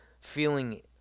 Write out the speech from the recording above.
feeling